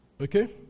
Okay